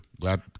glad